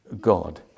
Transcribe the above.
God